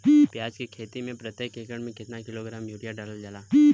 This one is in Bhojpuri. प्याज के खेती में प्रतेक एकड़ में केतना किलोग्राम यूरिया डालल जाला?